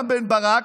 רם בן ברק,